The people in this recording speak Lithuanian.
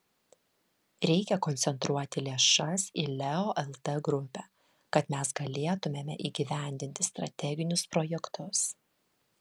reikia koncentruoti lėšas į leo lt grupę kad mes galėtumėme įgyvendinti strateginius projektus